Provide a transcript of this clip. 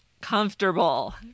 comfortable